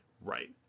Right